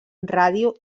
ràdio